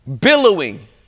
billowing